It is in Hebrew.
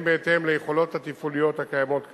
בהתאם ליכולות התפעוליות הקיימות כיום.